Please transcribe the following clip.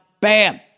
Bam